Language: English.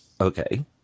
Okay